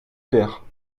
perds